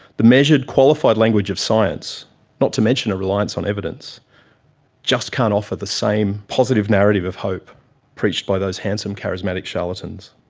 the measured, qualified language of science not to mention a reliance on evidence just can't offer the same positive narrative of hope preached by those handsome charismatic charlatans.